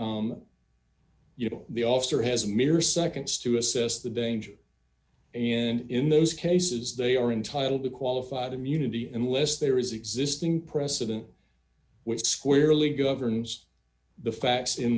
that you know the officer has mere seconds to assess the danger and in those cases they are entitled to qualified immunity and less there is existing precedent which squarely governs the facts in